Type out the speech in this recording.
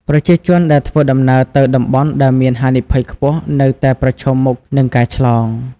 ប្រជាជនដែលធ្វើដំណើរទៅតំបន់ដែលមានហានិភ័យខ្ពស់នៅតែប្រឈមមុខនឹងការឆ្លង។